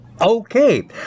Okay